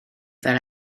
fel